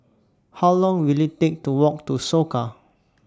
How Long Will IT Take to Walk to Soka